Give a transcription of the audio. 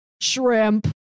Shrimp